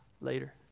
Later